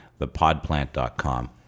thepodplant.com